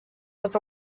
was